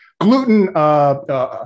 Gluten